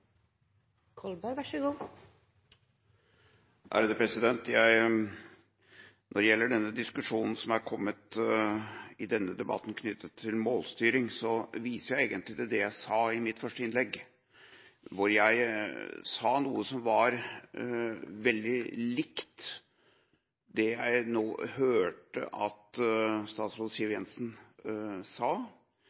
Når det gjelder diskusjonen som har kommet i denne debatten knyttet til målstyring, viser jeg egentlig til det jeg sa i mitt første innlegg, hvor jeg sa noe som var veldig likt det jeg nå hørte at statsråd Siv Jensen sa,